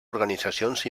organitzacions